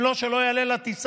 אם לא, שלא יעלה לטיסה.